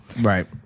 Right